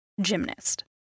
gymnast